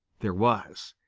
there was.